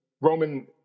Roman